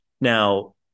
Now